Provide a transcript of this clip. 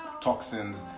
toxins